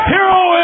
Hero